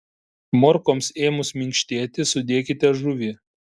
morkoms ėmus minkštėti sudėkite žuvį